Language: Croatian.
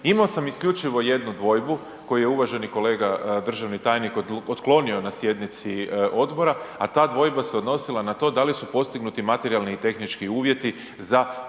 imao sam isključivo jednu dvojbu koju je uvaženi kolega državni tajnik otklonio na sjednici odbora, a ta dvojba se odnosila na to da li su postignuti materijalni i tehnički uvjeti za primjenu